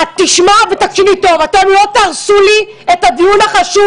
תשמע ותקשיב לי טוב: אתם לא תהרסו לי את הדיון החשוב